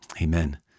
amen